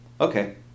okay